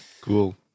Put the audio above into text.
Cool